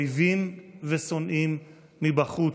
אויבים ושונאים מבחוץ,